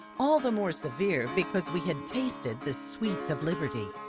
all the more severe because we had tasted the sweets of liberty.